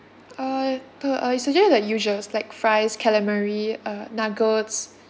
uh the I suggest like usuals like fries calamari uh nuggets